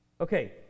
Okay